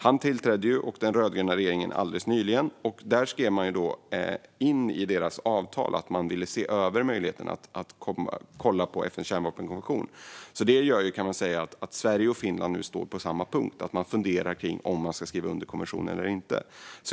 Han och den rödgröna regeringen tillträdde alldeles nyligen, och man skrev in i Finlands avtal att man vill ha möjlighet att se över FN:s kärnvapenkonvention. Det gör, kan man säga, att Sverige och Finland nu står på samma punkt och funderar på om man ska skriva under konventionen eller inte.